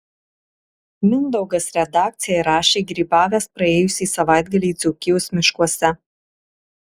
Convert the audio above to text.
mindaugas redakcijai rašė grybavęs praėjusį savaitgalį dzūkijos miškuose